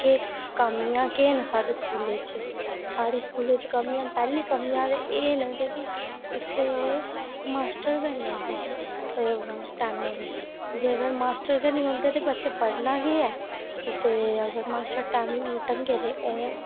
कि कमियां केह् न साढ़े स्कूलै च साढ़े स्कूलै च पैह्ली कमियां एह् न कि इत्थै मास्टर गै निं औंदे टैमें दे जेकर मास्टर निं औंदे ते बच्चें पढ़ना केह् ऐ ते अगर मास्टर ढंगे दे होन